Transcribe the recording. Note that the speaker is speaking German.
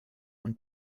und